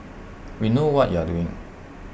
we know what you are doing